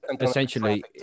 essentially